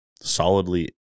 solidly